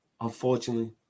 unfortunately